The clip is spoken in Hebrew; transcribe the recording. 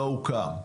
לא הוקם.